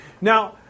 Now